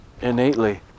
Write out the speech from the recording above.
innately